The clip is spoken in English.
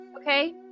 okay